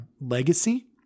legacy